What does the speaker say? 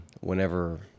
Whenever